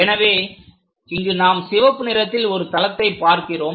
எனவே இங்கு நாம் சிவப்பு நிறத்தில் ஒரு தளத்தை பார்க்கிறோம்